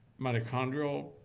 mitochondrial